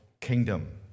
kingdom